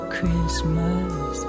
Christmas